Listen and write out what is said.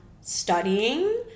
studying